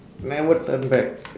never turn back